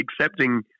accepting